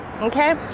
Okay